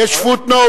יש footnote,